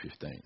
2015